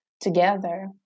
together